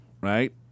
right